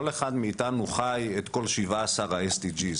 כל אחד מאיתנו חי את כל 17 ה-SDG.